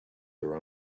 their